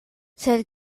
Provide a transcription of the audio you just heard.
sed